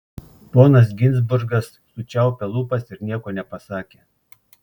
ponas ginzburgas sučiaupė lūpas ir nieko nepasakė